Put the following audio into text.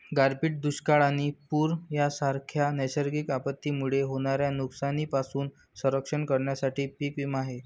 गारपीट, दुष्काळ आणि पूर यांसारख्या नैसर्गिक आपत्तींमुळे होणाऱ्या नुकसानीपासून संरक्षण करण्यासाठी पीक विमा आहे